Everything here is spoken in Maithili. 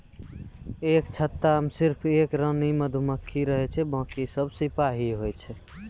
एक छत्ता मॅ सिर्फ एक रानी मधुमक्खी रहै छै बाकी सब सिपाही होय छै